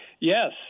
yes